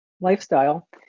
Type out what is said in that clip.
lifestyle